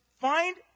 find